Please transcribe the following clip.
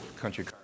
country